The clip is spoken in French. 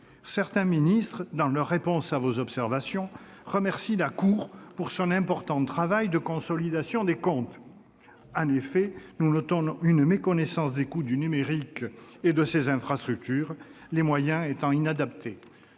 Certains ministres, dans leur réponse à ses observations, remercient la Cour de son important travail de consolidation des comptes. En effet, nous notons une méconnaissance des coûts du numérique et de ses infrastructures, les moyens étant inadaptés-